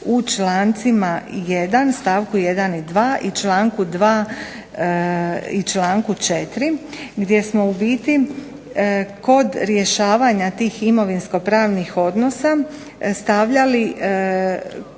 u člancima 1., stavku 1. i 2. i članku 2. i članku 4. gdje smo u biti kod rješavanja tih imovinsko-pravnih odnosa stavljali kod